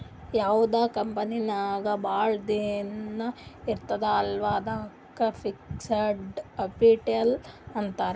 ಯಾವ್ದು ಕಂಪನಿ ನಾಗ್ ಭಾಳ ದಿನ ಇರ್ತುದ್ ಅಲ್ಲಾ ಅದ್ದುಕ್ ಫಿಕ್ಸಡ್ ಕ್ಯಾಪಿಟಲ್ ಅಂತಾರ್